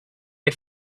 had